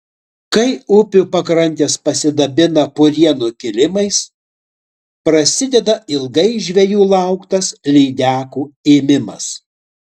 kai upių pakrantės pasidabina purienų kilimais prasideda ilgai žvejų lauktas lydekų ėmimas